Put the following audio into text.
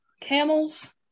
camels